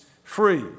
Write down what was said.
free